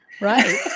Right